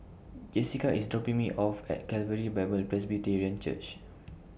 Jessica IS dropping Me off At Calvary Bible Presbyterian Church